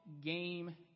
game